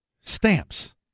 Stamps